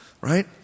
right